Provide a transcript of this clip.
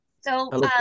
So-